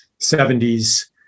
70s